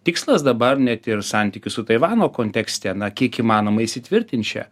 tikslas dabar net ir santykių su taivano kontekste na kiek įmanoma įsitvirtint čia